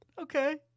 okay